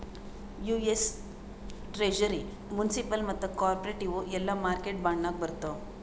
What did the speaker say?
US treasury, municipal ಮತ್ತ corporate ಇವು ಎಲ್ಲಾ ಮಾರ್ಕೆಟ್ ಬಾಂಡ್ ನಾಗೆ ಬರ್ತಾವ್